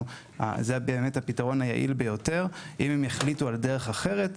זה באמת הפתרון היעיל ביותר ויחליטו על דרך אחרת,